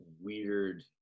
weird